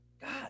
God